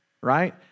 right